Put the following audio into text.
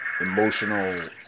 emotional